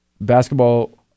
Basketball